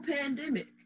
pandemic